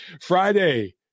Friday